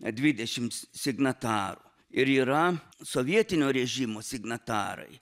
dvidešimt signatarų ir yra sovietinio režimo signatarai